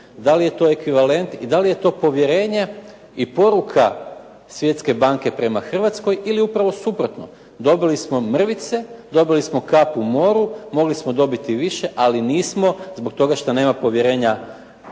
da li je to ekvivalent i da li je to povjerenje i poruka Svjetske banke prema Hrvatskoj ili upravo suprotno? Dobili smo mrvice, dobili smo kap u moru. Mogli smo dobiti više, ali nismo zbog toga što nema povjerenja svjetskih